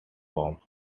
form